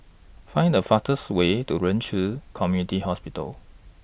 Find The fastest Way to Ren Ci Community Hospital